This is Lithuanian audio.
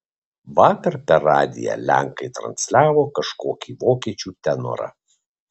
vakar per radiją lenkai transliavo kažkokį vokiečių tenorą